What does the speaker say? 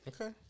Okay